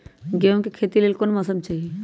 गेंहू के खेती के लेल कोन मौसम चाही अई?